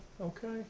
Okay